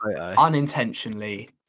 unintentionally